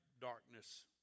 darkness